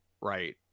right